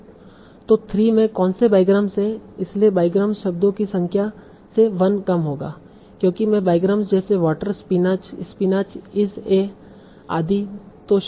तो 3 में कौनसे बाईग्राम्स हैं इसलिए बाईग्राम्स शब्दों की संख्या से 1 कम होगा क्योंकि मैं बाईग्राम्स जैसे water spinach spinach is a आदि है